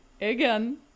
again